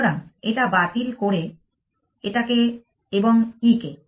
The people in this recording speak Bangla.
সুতরাং এটা বাতিল করে এটাকে এবং e কে